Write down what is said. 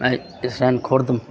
आइ किसान खुद